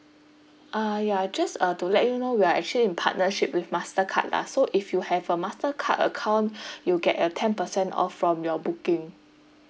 uh ya just uh to let you know we are actually in partnership with mastercard lah so if you have a mastercard account you get a ten percent off from your booking